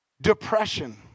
Depression